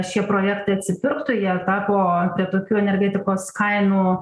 šie projektai atsipirktų jei tapo prie tokių energetikos kainų